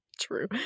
true